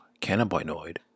cannabinoid